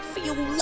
Feel